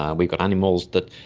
um we've got animals that,